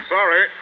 Sorry